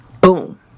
boom